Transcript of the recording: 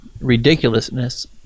Ridiculousness